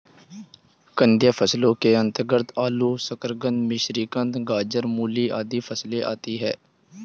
कंदीय फसलों के अंतर्गत आलू, शकरकंद, मिश्रीकंद, गाजर, मूली आदि फसलें आती हैं